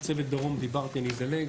צוות דרום, דיברתי, אני אדלג.